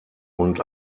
und